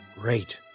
Great